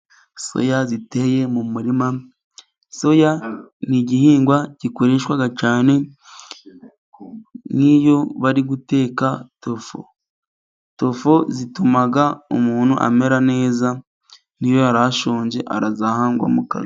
Soya ziteye mu murima, soya ni igihingwa gikoreshwa cyane nk'iyo bari guteka tofo. Tofo zituma umuntu amera neza, n'iyo yari ashonje arazanzamuka.